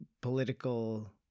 political